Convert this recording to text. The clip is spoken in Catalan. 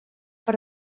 per